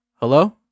Hello